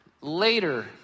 later